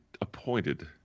appointed